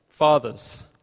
fathers